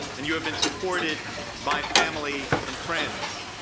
and you have been supported by family and friends.